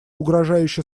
угрожающе